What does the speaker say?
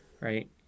Right